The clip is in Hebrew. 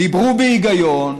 דיברו בהיגיון,